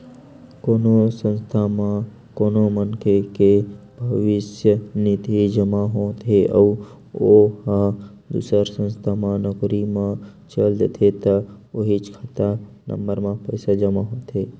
कोनो संस्था म कोनो मनखे के भविस्य निधि जमा होत हे अउ ओ ह दूसर संस्था म नउकरी म चल देथे त उहींच खाता नंबर म पइसा जमा होथे